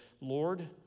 Lord